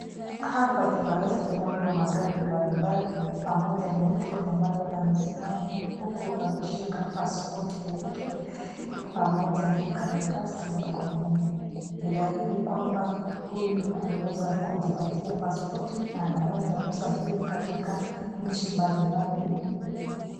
Hapa tunaweza kuona magari mbalimbali, pamoja na mtu ambaye amesimama huku ameshika pasipoti yake pamoja na karatasi mkononi. Ni dhahiri kwamba huyu ameweza kujipatia pasipoti na anaweza kusafiri katika nchi mbalimbali.